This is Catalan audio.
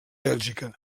bèlgica